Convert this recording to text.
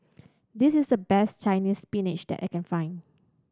this is the best Chinese Spinach that I can find